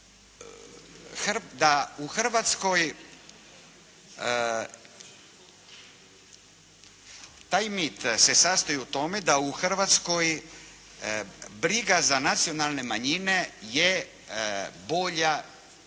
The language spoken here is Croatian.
da u Hrvatskoj, taj miti se sastoji o tome da u Hrvatskoj briga za nacionalne manjine je bolja